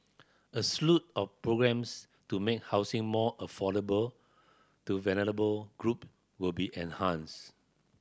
a slew of programmes to make housing more affordable to vulnerable group will be enhanced